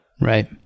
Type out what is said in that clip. right